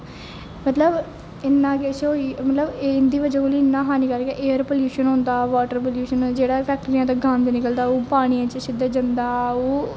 मतलब इन्ना किश होई गेआ मतलब इंदी बजह कन्नै इन्ना हानीकारक ऐ एयर पलूषण होंदा बाटर पलुष्ण जेहड़ा बी फैक्टरियें दा गंद निकलदा ओह् पानी च सिद्धा जंदा ओह्